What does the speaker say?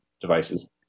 devices